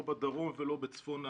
לא בדרום ולא בצפון הארץ.